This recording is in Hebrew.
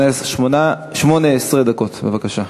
18 דקות, בבקשה.